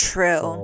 True